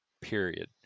period